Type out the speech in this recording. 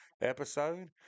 episode